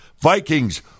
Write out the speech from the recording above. Vikings